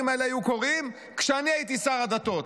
האלה היו קורים כשאני הייתי שר הדתות.